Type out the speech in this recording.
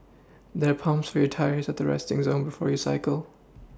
there are pumps for your tyres at the resting zone before you cycle